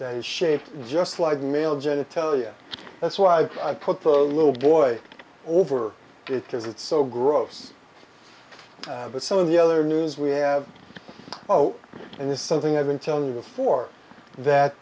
is shaped just like male genitalia that's why i put the little boy over it because it's so gross but some of the other news we have zero and it's something i've been telling you before that